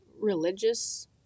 religious